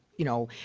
you know,